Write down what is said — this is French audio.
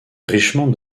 richement